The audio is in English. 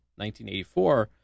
1984